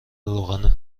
روغن